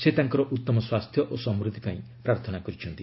ସେ ତାଙ୍କର ଉତ୍ତମ ସ୍ୱାସ୍ଥ୍ୟ ଓ ସମୃଦ୍ଧି ପାଇଁ ପ୍ରାର୍ଥନା କରିଛନ୍ତି